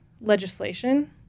legislation